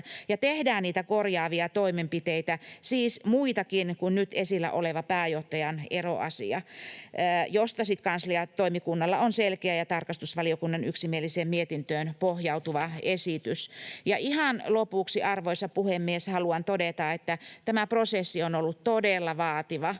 tehdään niitä korjaavia toimenpiteitä, siis muitakin kuin nyt esillä oleva pääjohtajan eroasia, josta kansliatoimikunnalla on selkeä ja tarkastusvaliokunnan yksimieliseen mietintöön pohjautuva esitys. Ihan lopuksi, arvoisa puhemies, haluan todeta, että tämä prosessi on ollut todella vaativa